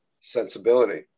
sensibility